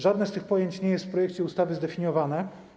Żadne z tych pojęć nie jest w projekcie ustawy zdefiniowane.